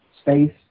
space